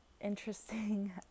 interesting